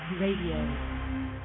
Radio